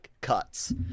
cuts